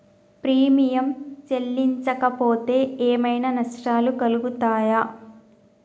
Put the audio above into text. Premium చెల్లించకపోతే ఏమైనా నష్టాలు కలుగుతయా?